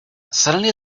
suddenly